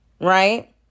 right